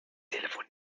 telefon